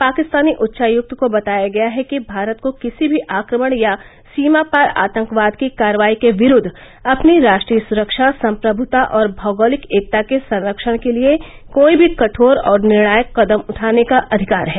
पाकिस्तानी उच्चायुक्त को बताया गया है कि भारत को किसी भी आक्रमण या सीमा पार आतंकवाद की कार्रवाई के विरुद्व अपनी राष्ट्रीय सुरक्षा सम्प्रभुता और भौगोलिक एकता के सरक्षण के लिए कोई भी कठोर और निर्णायक कदम उठाने का अधिकार है